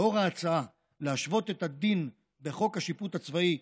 לאור ההצעה להשוות את הדין בחוק השיפוט הצבאי,